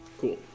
Cool